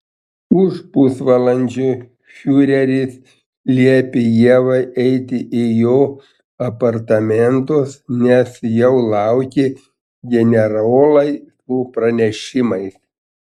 už pusvalandžio fiureris liepė ievai eiti į jo apartamentus nes jau laukė generolai su pranešimais